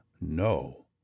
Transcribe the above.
No